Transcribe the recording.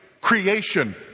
Creation